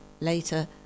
later